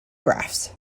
graphs